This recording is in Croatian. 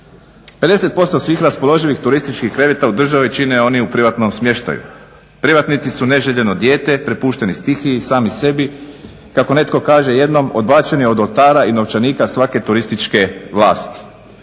50% svih raspoloživih turističkih kreveta u državi čine oni u privatnom smještaju. Privatnici su neželjeno dijete prepušteni stihiji, sami sebi. Kako netko kaže jednom odbačeni od oltara i novčanika svake turističke vlasti.